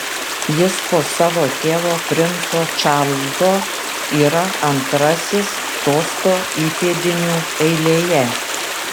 jis po savo tėvo princo čarlzo yra antrasis sosto įpėdinių eilėje